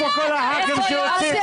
גם אלו שמבכרים את המקרים שבהם בית